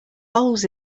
holes